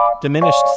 diminished